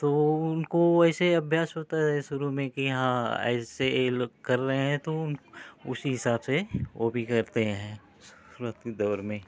तो वो उनको वो वैसे अभ्यास होता है शुरू में कि हाँ ऐसे ये लोग कर रहे हैं तो वो उन उसी हिसाब से वो भी करते हैं शुरुआती दौड़ में